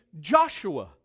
Joshua